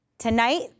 Tonight